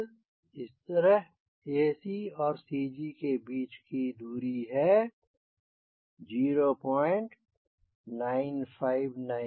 इस तरह AC और CG के बीच की दूरी है 0959 मीटर